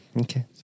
okay